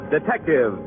Detective